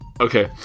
Okay